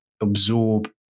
absorb